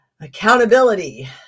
accountability